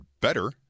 better